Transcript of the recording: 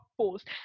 post